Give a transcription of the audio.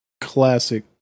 classic